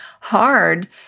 hard